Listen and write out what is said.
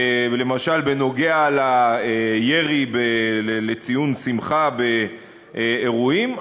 למשל בנוגע לירי לציון שמחה באירועים,